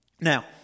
Now